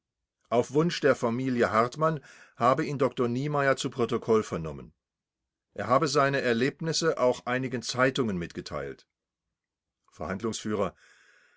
auf wunsch der familie hartmann habe ihn dr niemeyer zu protokoll vernommen er habe seine erlebnisse auch einigen zeitungen mitgeteilt